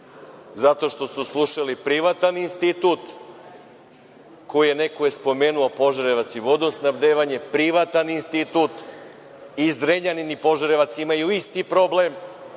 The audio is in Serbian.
zato što su slušali privatan institut koji je, neko je spomenuo Požarevac i vodosnabdevanje, privatan institut. I Zrenjanin i Požarevac imaju isti problem,